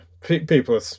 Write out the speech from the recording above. people